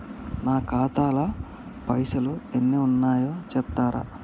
నా ఖాతా లా పైసల్ ఎన్ని ఉన్నాయో చెప్తరా?